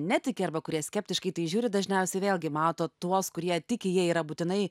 netiki arba kurie skeptiškai žiūri dažniausiai vėlgi mato tuos kurie tiki jie yra būtinai